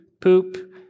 poop